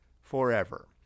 forever